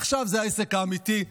עכשיו זה העסק האמיתי.